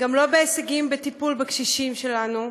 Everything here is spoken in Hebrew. גם לא בהישגים בטיפול בקשישים שלנו,